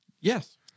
Yes